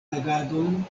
agadon